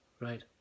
right